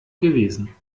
gewesen